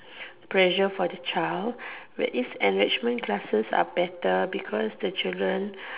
pressure for the child but these enrichment classes are better because the children